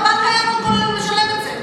הבנק היה משלם את זה.